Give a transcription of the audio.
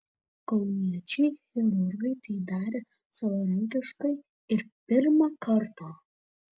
kauniečiai chirurgai tai darė savarankiškai ir pirmą kartą